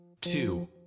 two